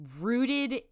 rooted